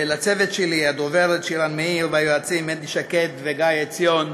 לצוות שלי: הדוברת שירן מאיר והיועצים שקד מנדי וגיא עציון,